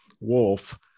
Wolf